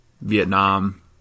Vietnam